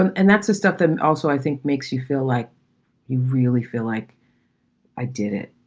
and and that's the stuff that also, i think makes you feel like you really feel like i did it,